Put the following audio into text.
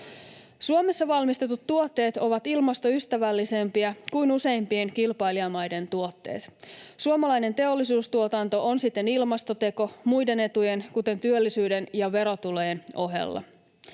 Suomessa valmistetut tuotteet ovat ilmastoystävällisempiä kuin useimpien kilpailijamaiden tuotteet. Suomalainen teollisuustuotanto on siten ilmastoteko muiden etujen, kuten työllisyyden ja verotulojen, ohella.